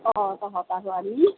অঁ অঁ